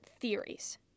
theories